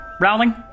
Rowling